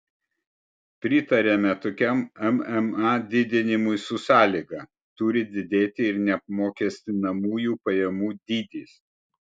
pritariame tokiam mma didinimui su sąlyga turi didėti ir neapmokestinamųjų pajamų dydis